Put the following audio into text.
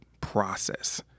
process